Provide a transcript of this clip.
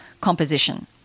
composition